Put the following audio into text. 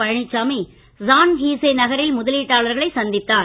Palaniswami San Jose நகரில் முதலீட்டாளர்களை சந்தித்தார்